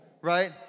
right